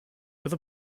with